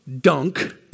dunk